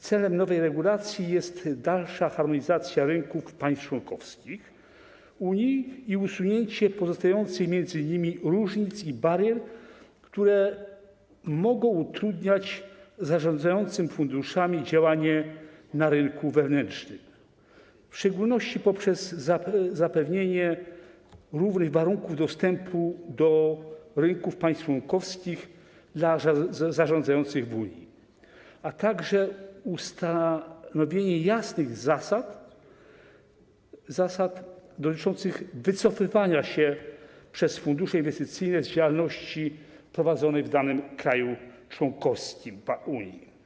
Celem nowej regulacji jest dalsza harmonizacja rynków państw członkowskich Unii i usunięcie pozostających między innymi różnic i barier, które mogą utrudniać zarządzającym funduszami działanie na rynku wewnętrznym, w szczególności poprzez zapewnienie równych warunków dostępu do rynków państw członkowskich dla zarządzających z Unii, a także ustanowienie jasnych zasad dotyczących wycofywania się przez fundusze inwestycyjne z działalności prowadzonej w danym kraju członkowskim Unii.